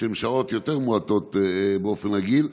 שהן שעות מועטות יותר באופן רגיל,